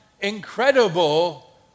incredible